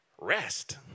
rest